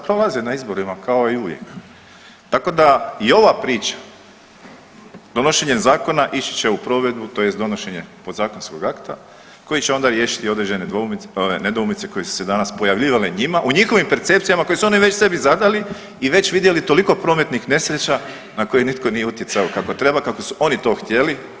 Prolazi na izborima kao i uvijek, tako da i ova priča donošenjem zakona ići će u provedbu, tj. donošenje podzakonskog akta koji će onda riješiti određene nedoumice koje su se danas pojavljivale njima u njihovim percepcijama koje su oni već sebi zadali i već vidjeli toliko prometnih nesreća na koje nitko nije utjecao kakao treba, kako su oni to htjeli.